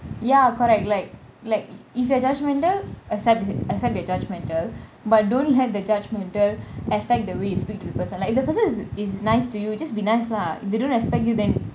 ya correct like like if you are judgmental accept accept that you are judgemental but don't let the judgmental affect the way you speak to the person like if the person is is nice to you just be nice lah if they don't respect you then